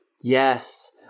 Yes